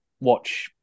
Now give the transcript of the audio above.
watch